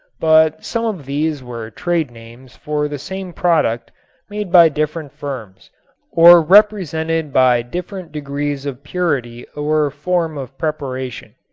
but some of these were trade names for the same product made by different firms or represented by different degrees of purity or form of preparation.